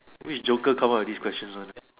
which joker come out with this questions one